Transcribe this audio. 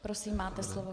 Prosím, máte slovo.